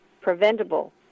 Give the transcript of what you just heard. preventable